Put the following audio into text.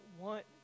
want